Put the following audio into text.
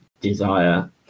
Desire